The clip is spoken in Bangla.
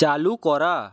চালু করা